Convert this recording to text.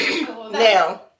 Now